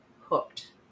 hooked